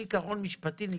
עיקרון משפטי שנקרא: